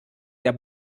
der